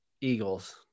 Eagles